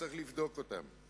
צריך לבדוק אותן.